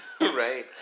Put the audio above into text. Right